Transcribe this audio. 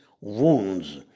wounds